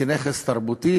כאל נכס תרבותי,